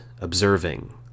observing